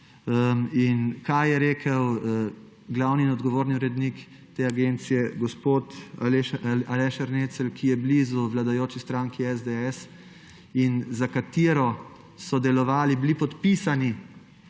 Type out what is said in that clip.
In kaj je rekel glavni in odgovorni urednik te agencije gospod Aleš Ernecel, ki je blizu vladajoči stranki SDS in za katero so delovali, celo bili podpisani